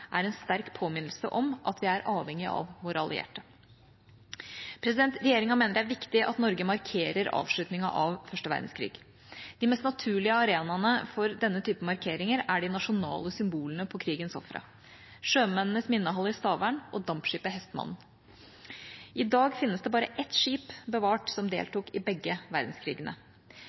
er en sterk påminnelse om at vi er avhengig av våre allierte. Regjeringa mener det er viktig at Norge markerer avslutningen av første verdenskrig. De mest naturlige arenaene for denne typen markeringer er de nasjonale symbolene på krigens ofre, Sjømennenes minnehall i Stavern og dampskipet «Hestmanden». I dag finnes det bare ett skip bevart som deltok i begge verdenskrigene.